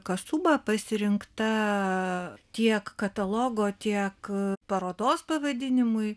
kasuba pasirinkta tiek katalogo tiek parodos pavadinimui